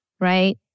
right